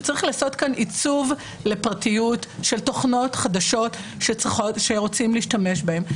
צריך לעשות כאן עיצוב לפרטיות של תוכנות חדשות שרוצים להשתמש בהן.